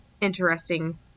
interesting